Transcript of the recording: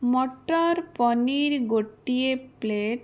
ମଟର ପନିର ଗୋଟିଏ ପ୍ଲେଟ୍